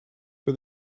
for